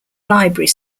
library